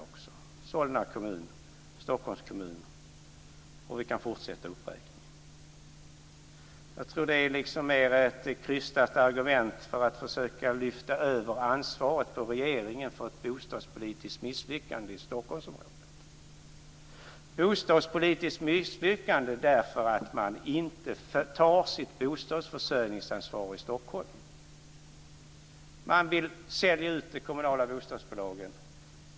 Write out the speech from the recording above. Det är Solna kommun, Stockholms kommun, och vi kan fortsätta uppräkningen. Jag tror att det mer är ett krystat argument för att försöka lyfta över ansvaret på regeringen för ett bostadspolitiskt misslyckande i Stockholmsområdet - ett bostadspolitiskt misslyckande därför att man inte tar sitt bostadsförsörjningsansvar i Stockholm. Man vill sälja ut de kommunala bostadsbolagen.